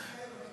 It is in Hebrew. איזה כאב?